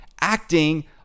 acting